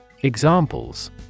Examples